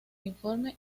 informe